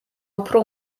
უფრო